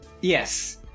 Yes